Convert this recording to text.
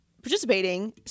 participating